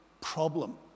problem